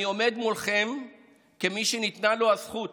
אני עומד מולכם כמי שניתנה לו זכות